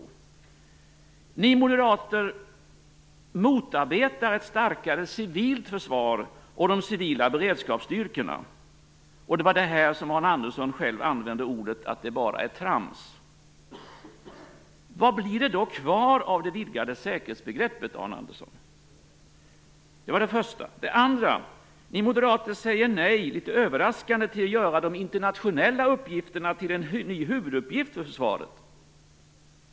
För det första motarbetar ni moderater ett starkare civilt försvar och de civila beredskapsstyrkorna. Det var det här som Arne Andersson själv kallade "trams". Vad blir det då kvar av det vidgade säkerhetsbegreppet, Arne Andersson? För det andra säger ni moderater nej, litet överraskande, till att göra de internationella uppgifterna till en ny huvuduppgift för försvaret.